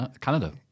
Canada